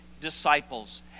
disciples